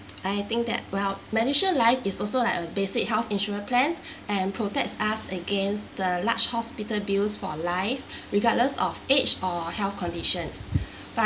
I think that well medishield life is also like a basic health insurance plans and protects us against the large hospital bills for life regardless of age or health conditions but